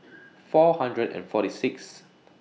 four hundred and forty Sixth